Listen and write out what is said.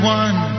one